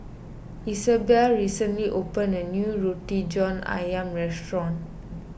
Isabel recently opened a new Roti John Ayam Restaurant